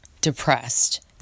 depressed